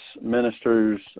ministers